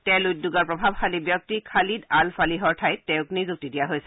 তেল উদ্যোগৰ প্ৰভাৱশালী ব্যক্তি খালিদ আল ফালিহৰ ঠাইত তেওঁক নিযুক্তি দিয়া হৈছে